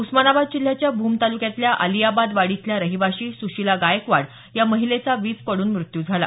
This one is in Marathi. उस्मानाबाद जिल्ह्याच्या भूम तालुक्यातल्या आलियाबादवाडी इथल्या रहीवाशी सुशीला गायकवाड या महिलेचा वीज पडून मृत्यू झाला